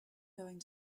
going